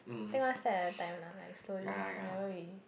take one step at a time lah like slowly whenever we